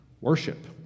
worship